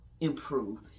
improve